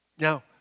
Now